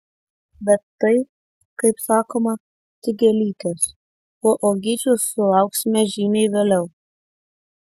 bet tai kaip sakoma tik gėlytės o uogyčių sulauksime žymiai vėliau